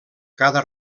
cada